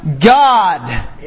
God